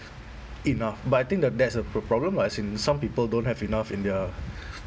enough but I think the that's the p~ problem lah as in some people don't have enough in their